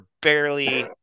barely